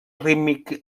rítmic